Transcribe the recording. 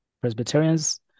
Presbyterians